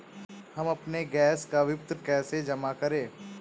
हम अपने गैस का विपत्र कैसे जमा करें?